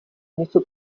něco